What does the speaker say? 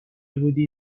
بودی